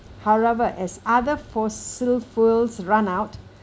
however as other fossil fuels run out